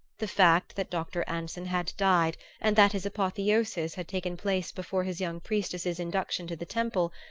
the fact that dr. anson had died and that his apotheosis had taken place before his young priestess's induction to the temple,